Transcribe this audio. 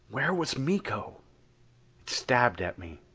where was miko? it stabbed at me.